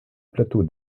plateau